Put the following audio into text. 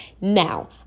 Now